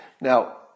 Now